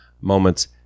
Moments